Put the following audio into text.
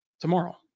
tomorrow